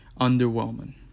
Underwhelming